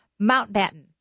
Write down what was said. Mountbatten